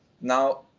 Now